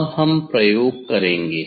अब हम प्रयोग करेंगे